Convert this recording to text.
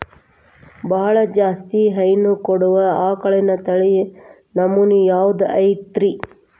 ಬಹಳ ಜಾಸ್ತಿ ಹೈನು ಕೊಡುವ ಆಕಳಿನ ತಳಿ ನಮೂನೆ ಯಾವ್ದ ಐತ್ರಿ?